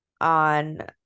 on